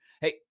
Hey